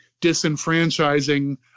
disenfranchising